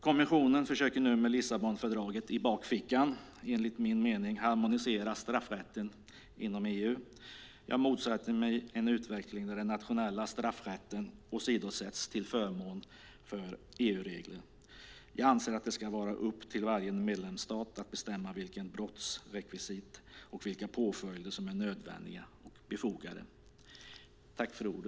Kommissionen försöker nu med Lissabonfördraget i bakfickan harmonisera straffrätten inom EU. Jag motsätter mig en utveckling där den nationella straffrätten åsidosätts till förmån för EU-regler. Jag anser att det ska vara upp till varje medlemsstat att bestämma vilka brottsrekvisit och vilka påföljder som är nödvändiga och befogade.